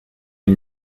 ils